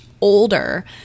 older